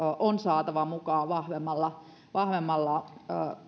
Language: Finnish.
on saatava mukaan vahvemmalla vahvemmalla